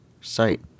site